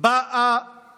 באו